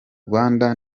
rwanda